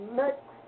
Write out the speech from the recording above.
next